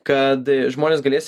kad žmonės galės